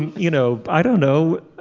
you know i don't know.